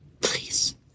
Please